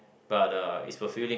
but uh is fulfilling